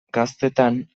gaztetan